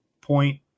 point